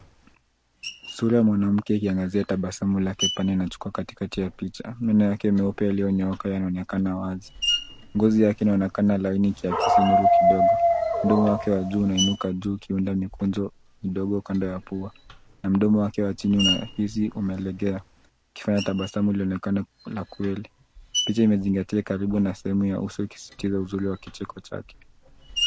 Sura ya mwanamke ikiangazia tabasamu lake pana na tuko katikati ya picha. Meno yake meupe yaliyonyooka yanaonekana wazi. Ngozi yake inaonekana laini ikiakisi nuru kidogo. Mdomo wake wa juu unainuka juu, ukiunda mikunjo midogo kando ya pua. Na mdomo wake wa chini na ufizi umelegea, ikifanya tabasamu lionekane la kweli. Picha imezingatia karibu na sehemu ya uso ikisitiri uzuri wa kicheko chake.